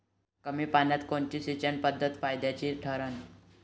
कमी पान्यात कोनची सिंचन पद्धत फायद्याची ठरन?